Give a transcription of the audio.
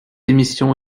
émission